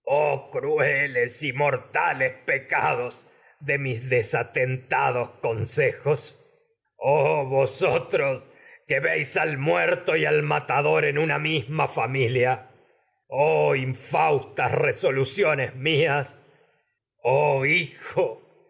mortales pecados de mis desatentados consejos y oh vosotros que veis al muerto reso al matador en una misma familia oh infaustas y luciones mías oh hijo